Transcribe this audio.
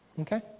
Okay